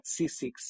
c6